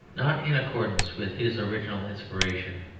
not in accordance with his original inspiration,